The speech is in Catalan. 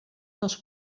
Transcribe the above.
dels